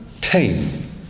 Tame